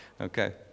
Okay